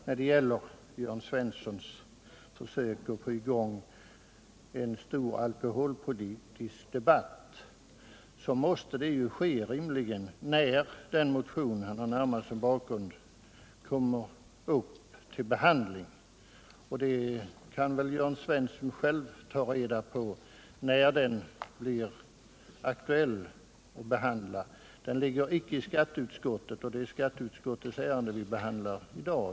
När det gäller Jörn Svenssons försök att få i gång en stor alkoholpolitisk debatt vill jag säga att en sådan debatt rimligen måste föras när den motion som Jörn Svensson anförde som närmaste bakgrund kommer upp till behandling. Jörn Svensson kan väl själv ta reda på när det blir aktuellt att behandla den motionen här i kammaren. Den ligger icke hos skatteutskottet, och det är skatteutskottets ärenden som vi behandlar i dag.